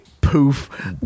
Poof